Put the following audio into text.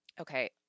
Okay